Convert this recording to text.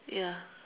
ya